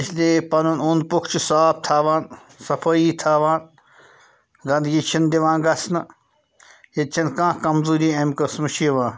اِسلیے پَنُن اوٚنٛد پوٚکھ چھُ صاف تھاوان صفٲیی تھاوان گَندگی چھِنہٕ دِوان گَژھنہٕ ییٚتہِ چھَنہٕ کانٛہہ کمزوٗری اَمہِ قٕسمٕچ یِوان